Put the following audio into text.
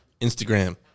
Instagram